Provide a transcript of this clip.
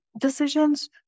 decisions